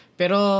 pero